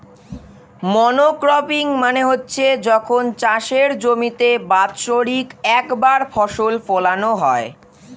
monocropping মানে হচ্ছে যখন চাষের জমিতে বাৎসরিক একবার ফসল ফোলানো হয়